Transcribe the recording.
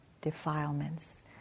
defilements